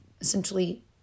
Essentially